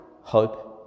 hope